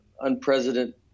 unprecedented